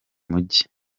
mujyi